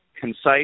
concise